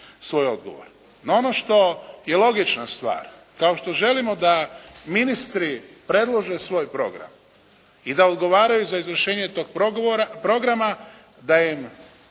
svoj odgovor. No ono što je logična stvar, kao što želimo da ministri predlože svoj program i da odgovaraju za izvršenje tog programa, dakle